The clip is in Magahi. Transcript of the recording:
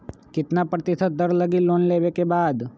कितना प्रतिशत दर लगी लोन लेबे के बाद?